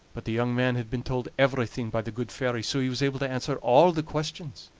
but the young man had been told everything by the good fairy, so he was able to answer all the questions.